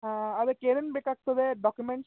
ಹಾಂ ಅದಕ್ಕೆ ಏನೇನು ಬೇಕಾಗ್ತದೆ ಡಾಕ್ಯುಮೆಂಟ್ಸ್